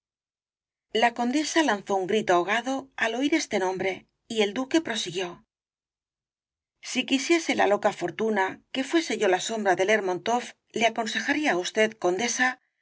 la condesa lanzó un grito ahogado al oir este nombre y el duque prosiguió si quisiese la loca fortuna que fuese yo la sombra de lermontoff le aconsejaría á usted condesa